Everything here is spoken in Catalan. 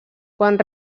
quan